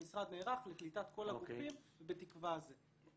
המשרד נערך לקליטת כל הגופים ובתקווה --- אוקיי.